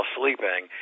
sleeping